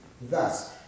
Thus